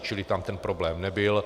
Čili tam ten problém nebyl.